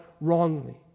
wrongly